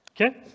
Okay